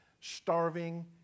starving